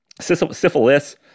syphilis